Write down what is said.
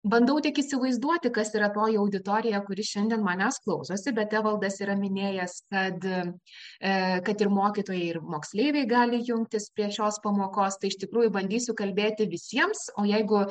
bandau tik įsivaizduoti kas yra toji auditorija kuri šiandien manęs klausosi bet evaldas yra minėjęs kad e kad ir mokytojai ir moksleiviai gali jungtis prie šios pamokos tai iš tikrųjų bandysiu kalbėti visiems o jeigu